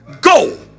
go